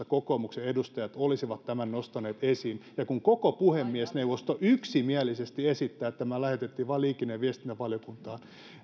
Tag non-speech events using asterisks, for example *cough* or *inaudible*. *unintelligible* kokoomuksen edustajat olisivat tämän nostaneet esiin ja kun koko puhemiesneuvosto yksimielisesti esittää että tämä lähetettiin vain liikenne ja viestintävaliokuntaan